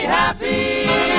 happy